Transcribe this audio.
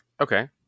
Okay